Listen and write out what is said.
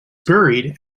buried